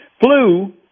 Flu